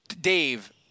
Dave